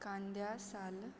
कांद्या साल